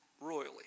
royally